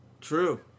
true